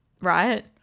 Right